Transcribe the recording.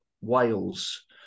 Wales